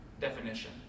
definition